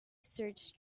search